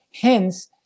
Hence